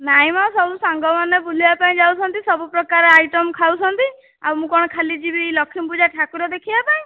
ନାଇ ମ ସବୁ ସାଙ୍ଗ ମାନେ ବୁଲିବା ପାଇଁ ଯାଉଛନ୍ତି ସବୁ ପ୍ରକାର ଆଇଟମ ଖାଉଛନ୍ତି ଆଉ ମୁଁ କ'ଣ ଖାଲି ଯିବି ଲକ୍ଷ୍ମୀ ପୂଜା ଠାକୁର ଦେଖିବା ପାଇଁ